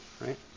right